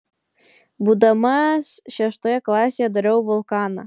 būdamas šeštoje klasėje dariau vulkaną